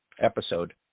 episode